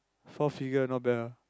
four figure not bad ah